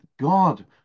God